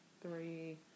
three